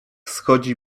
schodzi